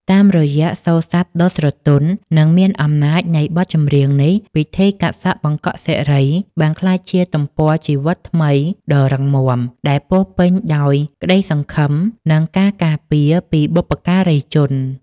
តាមរយៈសូរស័ព្ទដ៏ស្រទន់ និងមានអំណាចនៃបទចម្រៀងនេះ ពិធីកាត់សក់បង្កក់សិរីបានក្លាយជាទំព័រជីវិតថ្មីដ៏រឹងមាំ ដែលពោរពេញដោយក្តីសង្ឃឹម និងការការពារពីបុព្វការីជន។